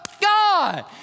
God